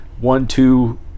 one-two